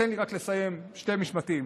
תן לי רק לסיים שני משפטים.